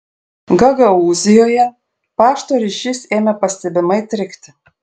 gagaūzijoje pašto ryšys ėmė pastebimai trikti